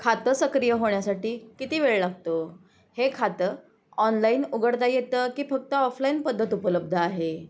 खातं सक्रिय होण्यासाठी किती वेळ लागतो हे खातं ऑनलाईन उघडता येतं की फक्त ऑफलाईन पद्धत उपलब्ध आहे